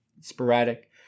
sporadic